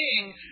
king